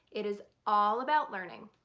it is all about learning.